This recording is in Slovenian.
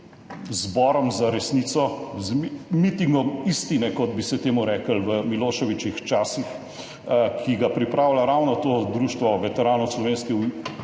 zborom za resnico, z mitingom istine, kot bi se temu reklo v Miloševićih časih, ki ga pripravlja ravno to Društvo veteranov slovenske